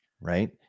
right